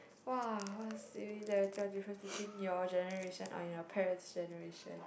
!wah! what's difference between your generation and your parents generation